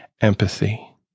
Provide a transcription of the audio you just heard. Empathy